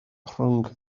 rhwng